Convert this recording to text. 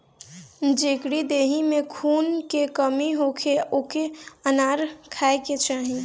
जेकरी देहि में खून के कमी होखे ओके अनार खाए के चाही